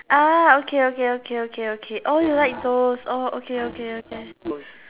okay okay okay okay okay you like those okay okay okay okay